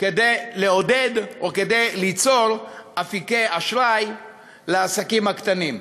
לעודד או ליצור אפיקי אשראי לעסקים הקטנים.